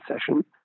session